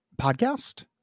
podcast